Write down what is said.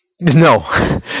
No